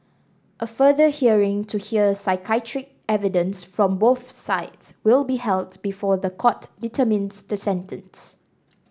a further hearing to hear psychiatric evidence from both sides will be held before the court determines the sentence